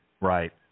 Right